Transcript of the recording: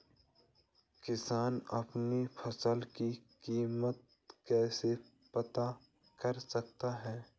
किसान अपनी फसल की कीमत कैसे पता कर सकते हैं?